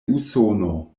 usono